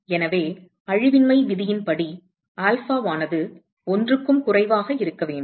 எனவே அழிவின்மை விதியின்படி ஆல்பாஆனது 1 க்கும் குறைவாக இருக்க வேண்டும்